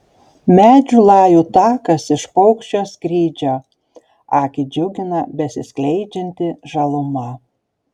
medžių lajų takas iš paukščio skrydžio akį džiugina besiskleidžianti žaluma